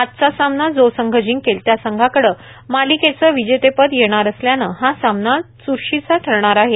आजचा सामना जो संघ जिंकेल त्या संघाकडे मालिकेचं विजेतेपद येणार असल्यानं हा सामना च्रशीचा ठरणार आहे